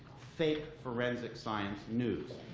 fake forensic science news.